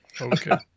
Okay